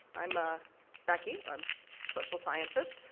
i'm ah becky, i'm social scientist.